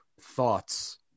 thoughts